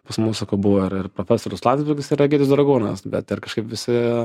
pas mus sakau buvo ir ir profesorius landsbergis ir egidijus dragūnas bet ir kažkaip visi